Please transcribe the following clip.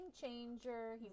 changer